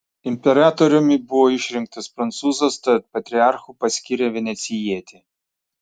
imperatoriumi buvo išrinktas prancūzas tad patriarchu paskyrė venecijietį